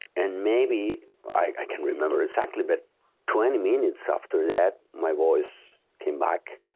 and maybe i can remember exactly. but twenty minutes after that my voice came back.